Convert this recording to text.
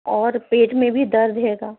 اور پیٹ میں بھی درد ہے گا